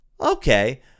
okay